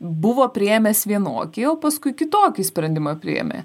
buvo priėmęs vienokį o paskui kitokį sprendimą priėmė